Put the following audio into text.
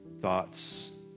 thoughts